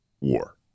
war